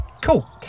Cool